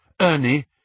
Ernie